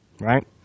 right